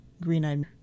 green-eyed